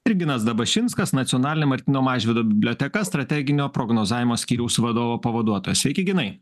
ir ginas dabašinskas nacionalinė martyno mažvydo biblioteka strateginio prognozavimo skyriaus vadovo pavaduotojas sveiki ginai